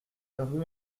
rue